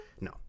No